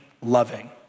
loving